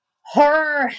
Horror